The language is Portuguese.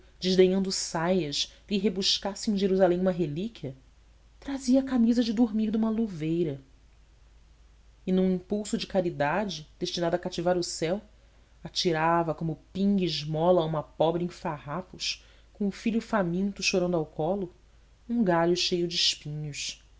desdenhando saias lhe rebuscasse em jerusalém uma relíquia trazia a camisa de dormir de uma luveira e num impulso de caridade designado a cativar o céu atirava como pingue esmola a uma pobre em farrapos com o filho faminto chorando ao colo um galho cheio de espinhos